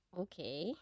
Okay